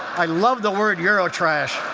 i love the word eurotrash.